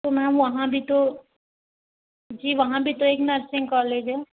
तो मैम वहाँ भी तो जी वहाँ भी तो एक नर्सिंग कॉलेज है